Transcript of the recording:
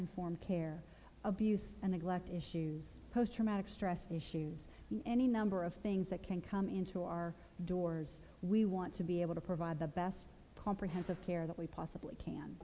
informed care abuse and neglect issues post traumatic stress issues any number of things that can come into our doors we want to be able to provide the best comprehensive care that we possibly can